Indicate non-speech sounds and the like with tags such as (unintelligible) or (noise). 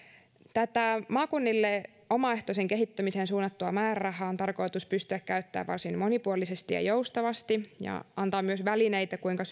tätä maakunnille omaehtoiseen kehittämiseen suunnattua määrärahaa on tarkoitus pystyä käyttämään varsin monipuolisesti ja joustavasti ja antaa myös välineitä siihen kuinka (unintelligible)